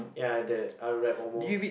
ya I did I read almost